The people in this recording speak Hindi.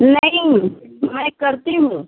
नहीं मैं करती हूँ